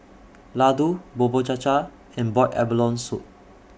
Laddu Bubur Cha Cha and boiled abalone Soup